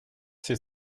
ces